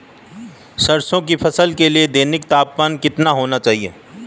सरसों की फसल के लिए दैनिक तापमान कितना होना चाहिए?